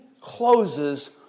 closes